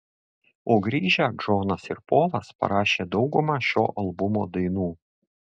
o grįžę džonas ir polas parašė daugumą šio albumo dainų